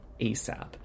asap